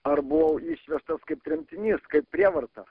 ar buvau išvežtas kaip tremtinys kaip prievarta